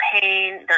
pain